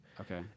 Okay